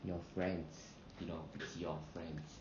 your friends you know it's your friends